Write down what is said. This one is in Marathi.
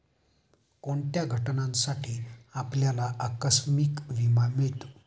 कोणत्या घटनांसाठी आपल्याला आकस्मिक विमा मिळतो?